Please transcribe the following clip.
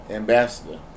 Ambassador